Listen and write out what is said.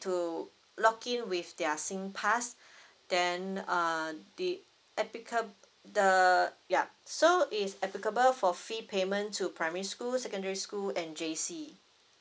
to login with their singpass then uh the applicab~ the yup so it's applicable for fee payment to primary school secondary school and J_C